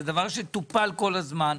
זה נושא שטופל כל הזמן.